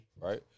right